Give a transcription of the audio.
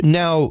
now